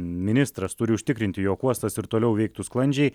ministras turi užtikrinti jog uostas ir toliau veiktų sklandžiai